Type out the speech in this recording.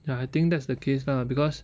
ya I think that's the case lah because